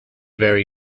very